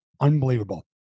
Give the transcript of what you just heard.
unbelievable